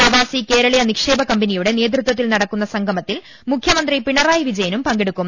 പ്രവാസി കേരളീയ നിക്ഷേപ കമ്പനിയുടെ നേതൃത്വത്തിൽ നടക്കുന്ന സംഗമത്തിൽ മുഖ്യമന്ത്രി പിണറായി വിജയൻ പങ്കെ ടുക്കും